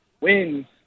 wins